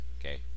Okay